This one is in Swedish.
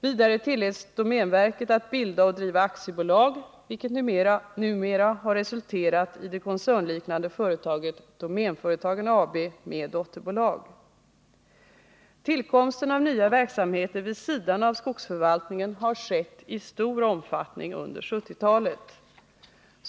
Vidare tilläts domänverket att bilda och driva aktiebolag, vilket numera har resulterat i det koncernliknande företaget Domänföretagen AB med dotterbolag. Tillkomsten av nya verksamheter vid sidan av skogsförvaltningen har skett i stor omfattning under 1970-talet.